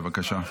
בבקשה.